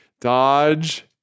Dodge